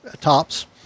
tops